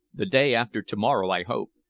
the day after to-morrow, i hope.